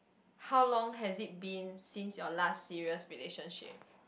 how long has it been since your last serious relationship